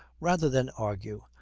rather than argue,